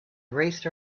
raced